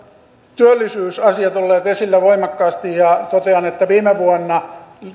työllisyysasiat olleet esillä voimakkaasti ja totean että viime vuonna